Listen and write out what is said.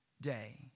day